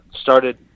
started